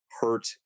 hurt